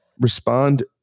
respond